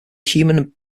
human